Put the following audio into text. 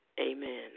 amen